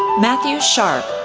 matthew sharpe,